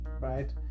right